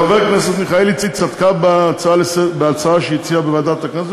חברת הכנסת מיכאלי צדקה בהצעה שהיא הציעה בוועדת הכנסת,